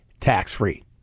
tax-free